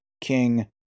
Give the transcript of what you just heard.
king